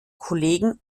kollegen